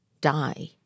die